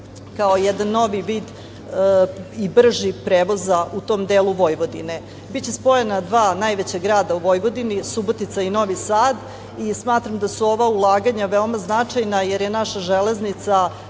kao jedan novi i brži vid prevoza u tom delu Vojvodine. Biće spojena dva najveća grada u Vojvodini, Subotica i Novi Sad i smatram da su ova ulaganja veoma značajna, jer je naša železnica